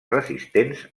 resistents